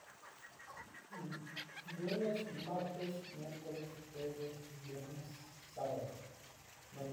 Lunes, martes, miércoles, jueves, viernes, sábado.